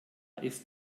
ist